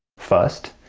first,